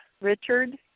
Richard